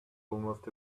almost